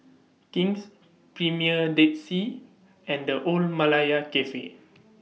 King's Premier Dead Sea and The Old Malaya Cafe